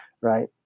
right